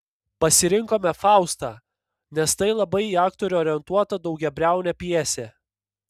pasirinkome faustą nes tai labai į aktorių orientuota daugiabriaunė pjesė